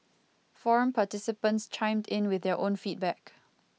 forum participants chimed in with their own feedback